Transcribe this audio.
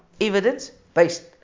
evidence-based